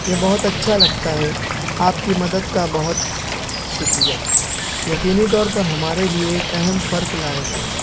یہ بہت اچھا لگتا ہے آپ کی مدد کا بہت شکریہ یقینی طور پر ہمارے لئے ایک اہم فرق لائے گا